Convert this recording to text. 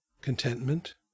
contentment